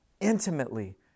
intimately